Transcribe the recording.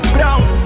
Brown